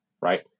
right